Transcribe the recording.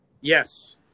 Yes